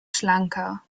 schlanker